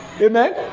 Amen